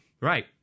right